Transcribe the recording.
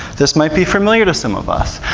this might be familiar to some of us.